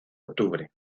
octubre